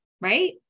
right